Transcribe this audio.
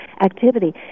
activity